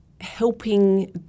helping